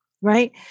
right